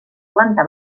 planta